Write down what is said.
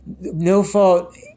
no-fault